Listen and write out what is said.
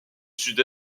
sud